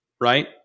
right